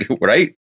Right